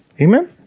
Amen